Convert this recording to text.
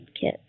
Kit